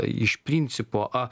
iš principo a